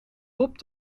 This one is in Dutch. top